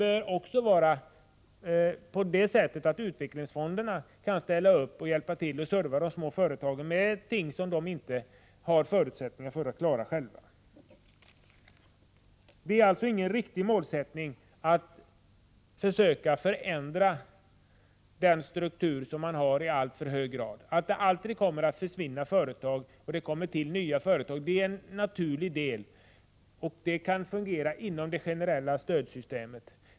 Men också utvecklingsfonderna skall kunna ställa upp med hjälp och service åt de små företagen när de stöter på sådant som de inte själva klarar. Det är således ingen riktig målsättning att försöka förändra den struktur som man i alltför hög grad har. Det kommer alltid att försvinna företag och komma till nya, det är naturligt. Det kan fungera inom det generella stödsystemets ram.